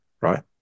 right